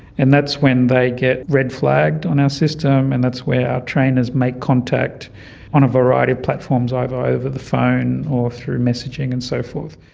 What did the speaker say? and that's when they get red flagged on our system and that's where our trainers make contact on a variety of platforms, either over the phone or through messaging and so forth.